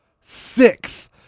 six